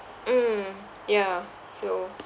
mm yeah so